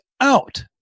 out